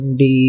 di